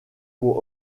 pour